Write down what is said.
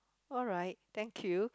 alright thank you